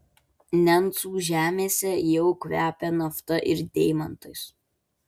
nencų žemėse jau kvepia nafta ir deimantais